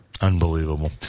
Unbelievable